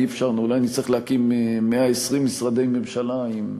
אולי נצטרך להקים 120 משרדי ממשלה -- לא,